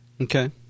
okay